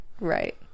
right